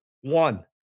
One